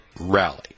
rally